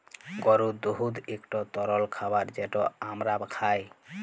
গরুর দুহুদ ইকট তরল খাবার যেট আমরা খাই